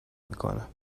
میکنم